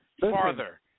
farther